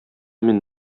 мин